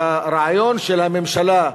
והרעיון של הממשלה,